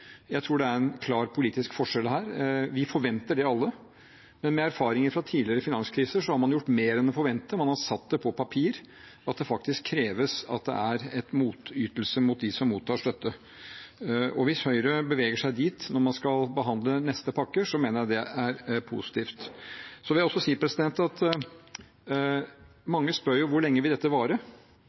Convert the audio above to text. Jeg tror det er en klar politisk forskjell her. Vi forventer det alle, men med erfaringer fra tidligere finanskriser har man gjort mer enn å forvente, man har satt det ned på papir at det faktisk kreves at det er en motytelse for dem som mottar støtte. Hvis Høyre beveger seg dit når man skal behandle neste pakke, mener jeg det er positivt. Så vil jeg også si: Mange spør hvor lenge dette vil vare, og hvem vi